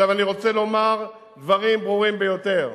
אני רוצה לומר דברים ברורים ביותר: